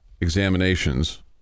examinations